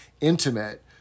intimate